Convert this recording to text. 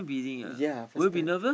yea first time